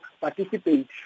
participate